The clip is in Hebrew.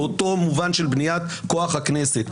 באותו מובן של בניית כוח הכנסת,